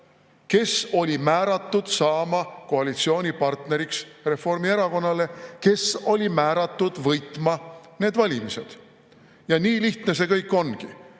kes oli määratud saama koalitsioonipartneriks Reformierakonnale, kes oli määratud võitma need valimised. Nii lihtne see kõik ongi! Ei